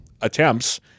attempts